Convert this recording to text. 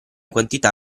quantità